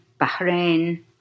Bahrain